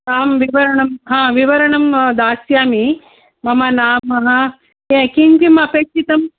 अहं विवरणं आं विवरणं दास्यामि मम नाम के किं किम् अपेक्षितं